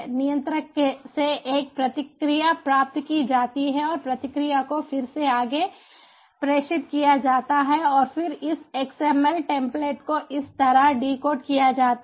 नियंत्रक से एक प्रतिक्रिया प्राप्त की जाती है और प्रतिक्रिया को फिर से आगे प्रेषित किया जाता है और फिर इस XML टेम्पलेट को इस तरह डिकोड किया जाता है